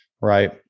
right